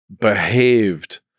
behaved